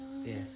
Yes